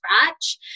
scratch